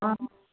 অঁ